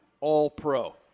All-Pro